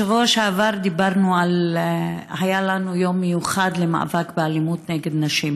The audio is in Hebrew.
בשבוע שעבר היה לנו יום מיוחד למאבק באלימות נגד נשים,